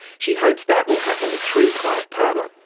she hopes that will happen through clive palmer.